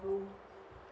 room